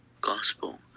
gospel